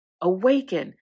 awaken